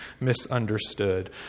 misunderstood